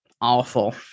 awful